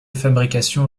fabrication